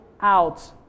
out